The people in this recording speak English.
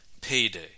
payday